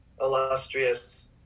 illustrious